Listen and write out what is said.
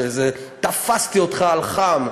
שזה "תפסתי אותך על חם".